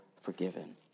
forgiven